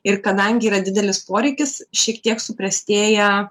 ir kadangi yra didelis poreikis šiek tiek suprastėja